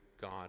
God